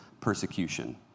persecution